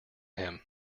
him